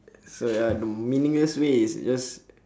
uh so ya the meaningless way is just